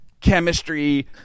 chemistry